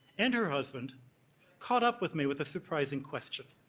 and her husband caught up with me with a surprising question.